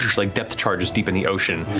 like depth charges deep in the ocean,